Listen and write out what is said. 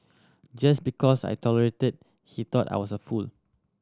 just because I tolerated he thought I was a fool